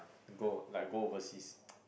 go like go overseas